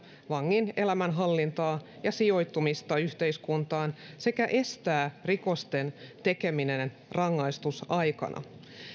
vangin elämänhallintaa ja sijoittumista yhteiskuntaan sekä estää rikosten tekeminen rangaistusaikana